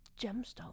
gemstone